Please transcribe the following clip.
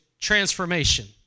transformation